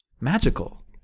magical